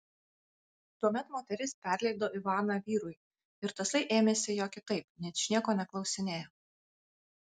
tuomet moteris perleido ivaną vyrui ir tasai ėmėsi jo kitaip ničnieko neklausinėjo